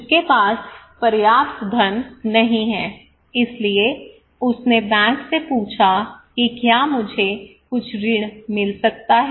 उसके पास पर्याप्त धन नहीं है इसलिए उसने बैंक से पूछा कि क्या मुझे कुछ ऋण मिल सकता है